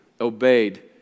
obeyed